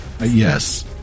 Yes